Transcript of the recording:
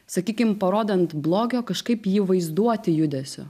sakykim parodant blogio kažkaip jį vaizduoti judesiu